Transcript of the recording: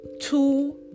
Two